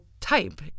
type